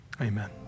amen